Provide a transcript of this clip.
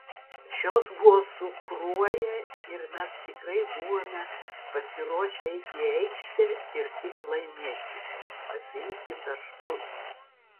šios buvo su kruoja ir mes tikrai buvome pasiruošę eiti į aikštę ir tik laimėti pasiimti taškus